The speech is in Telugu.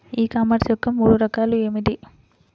ఈ కామర్స్ యొక్క మూడు రకాలు ఏమిటి?